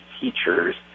teachers